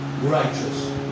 righteous